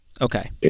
Okay